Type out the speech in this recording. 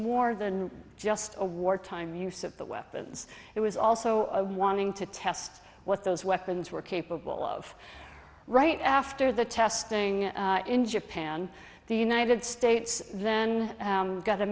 more than just a wartime use of the weapons it was also a wanting to test what those weapons were capable of right after the testing in japan the united states then got a